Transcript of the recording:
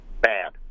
bad